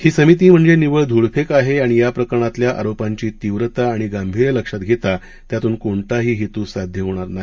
ही समिती म्हणजे निव्वळ धूळफेक आहे आणि या प्रकरणातल्या आरोपांची तीव्रता आणि गांभीर्य लक्षात घेता त्यातून कोणताही हेतू साध्य होणार नाही